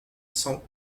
cent